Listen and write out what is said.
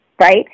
Right